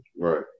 Right